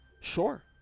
Sure